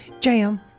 Jam